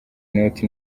inoti